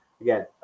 again